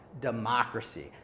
democracy